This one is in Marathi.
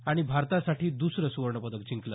आणि भारतासाठी द्सरं सुवर्णपदक जिंकलं